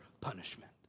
punishment